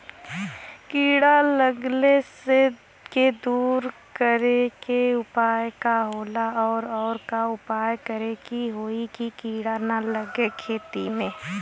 कीड़ा लगले के दूर करे के उपाय का होला और और का उपाय करें कि होयी की कीड़ा न लगे खेत मे?